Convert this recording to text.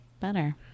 better